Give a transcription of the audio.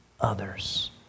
others